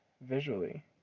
visually